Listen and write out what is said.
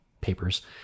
papers